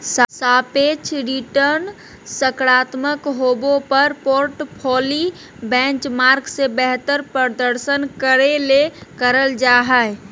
सापेक्ष रिटर्नसकारात्मक होबो पर पोर्टफोली बेंचमार्क से बेहतर प्रदर्शन करे ले करल जा हइ